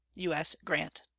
u s. grant.